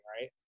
right